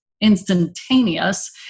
instantaneous